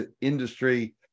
industry